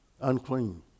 unclean